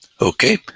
Okay